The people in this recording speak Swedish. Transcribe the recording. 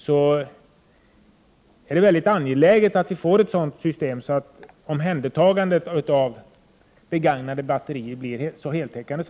Det är mycket angeläget att ett så heltäckande system som möjligt för omhändertagande av begagnade batterier införs.